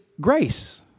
grace